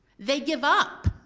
they give up,